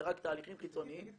זה רק תהליכים חיצוניים.